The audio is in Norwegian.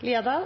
Det er